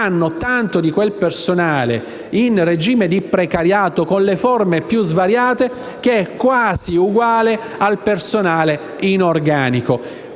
hanno tanto di quel personale in regime di precariato, nelle forme più svariate, che è quasi uguale al personale in organico.